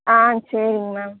ஆ ஆ சரிங்க மேம்